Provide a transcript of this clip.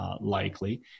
likely